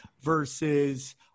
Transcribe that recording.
versus